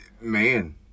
man